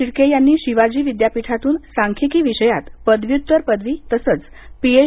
शिर्के यांनी शिवाजी विद्यापीठातून सांख्यिकी विषयात पदव्युत्तर पदवी तसंच पीएच